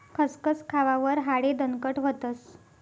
खसखस खावावर हाडे दणकट व्हतस